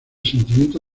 sentimiento